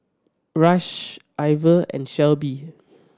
Rush Ivor and Shelbi